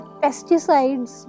pesticides